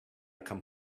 come